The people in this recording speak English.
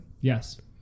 yes